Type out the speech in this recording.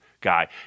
guy